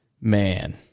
man